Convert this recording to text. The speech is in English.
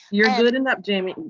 you're good enough, jenny.